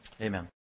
Amen